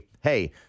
Hey